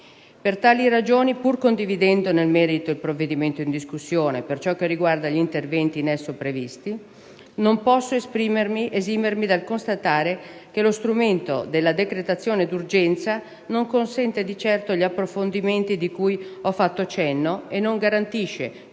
Per tali ragioni, pur condividendo nel merito il provvedimento in discussione per ciò che riguarda gli interventi in esso previsti, non posso esimermi dal constatare che lo strumento della decretazione d'urgenza non consente di certo gli approfondimenti di cui ho fatto cenno e non garantisce,